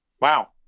Wow